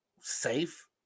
safe